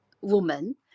woman